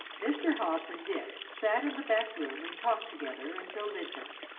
mr. hobbs and dick sat in the back-room and talked together until midnight.